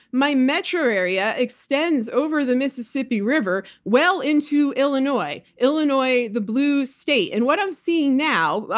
my metro area extends over the mississippi river well into illinois. illinois, the blue state. and what i'm seeing now,